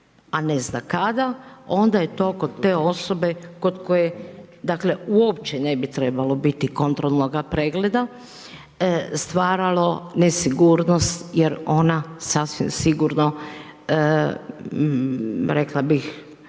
a ne zna kada, onda je to kod te osobe, kod koje dakle uopće ne bi trebalo biti kontrolnoga pregleda stvaralo nesigurnost jer ona sasvim sigurno, rekla bih,